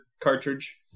cartridge